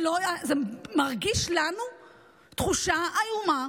זה מרגיש לנו תחושה איומה